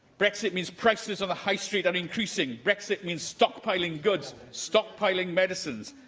brexit means prices on the high street are increasing. brexit means stockpiling goods, stockpiling medicines.